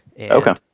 Okay